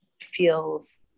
feels